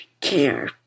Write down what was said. care